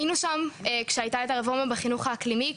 היינו שם כשהייתה את הרפורמה בחינוך האקלימי,